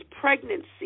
pregnancy